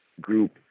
group